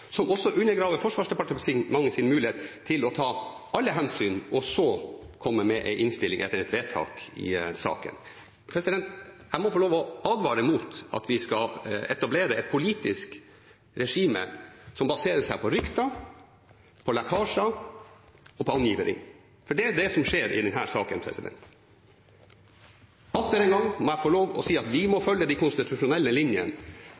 som også undergraver Forsvarsdepartementets mulighet til å ta alle hensyn og så komme med en innstilling etter et vedtak i saken. Jeg må få lov til å advare mot at vi skal etablere et politisk regime som baserer seg på rykter, på lekkasjer og på angiveri. For det er det som skjer i denne saken. Atter en gang må jeg få lov til å si at vi må følge de konstitusjonelle linjene.